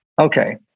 okay